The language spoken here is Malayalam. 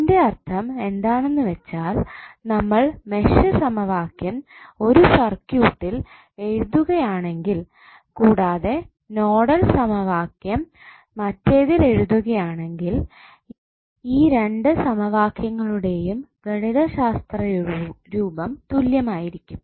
അതിന്റെ അർത്ഥം എന്താണെന്ന് വെച്ചാൽ നമ്മൾ മെഷ് സമവാക്യം ഒരു സർക്യൂട്ടിൽ എഴുത്തുകയാണെങ്കിൽ കൂടാതെ നോഡൽ സമവാക്യം മറ്റേതിൽ എഴുത്തുകയാണെങ്കിൽ ഈ രണ്ട് സമവാക്യങ്ങളുടെയും ഗണിതശാസ്ത്ര രൂപം തുല്യമായിരിക്കും